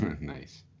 Nice